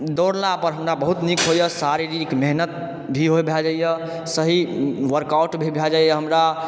दौड़ला पर हमरा बहुत नीक होइए शारीरिक मेहनत भी भए जाइए सही वर्कआउट भी भए जाइए हमरा